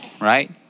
right